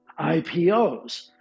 IPOs